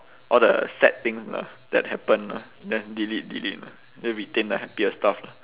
all the sad things lah that happen lah just delete delete lah then retain the happier stuff lah